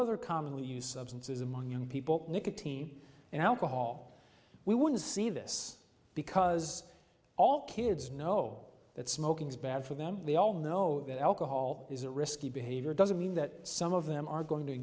other commonly use substances among young people nicotine and alcohol we wouldn't see this because all kids know that smoking is bad for them they all know that alcohol is a risky behavior doesn't mean that some of them are going to